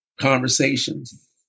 conversations